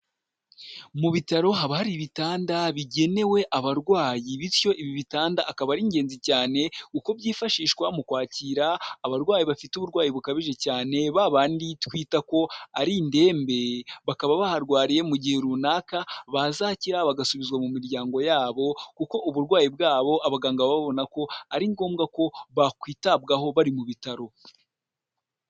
Mu bitaro haba hari ibitanda bigenewe abarwayi bityo ibi bitanda akaba ari ingenzi cyane kuko byifashishwa mu kwakira abarwayi bafite uburwayi bukabije cyane, ba bandi twita ko ari indembe, bakaba baharwariye mu gihe runaka, bazakira bagasubizwa mu miryango yabo kuko uburwayi bwabo abaganga baba babona ko ari ngombwa ko bakwitabwaho bari mu bitaro.